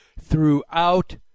throughout